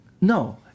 No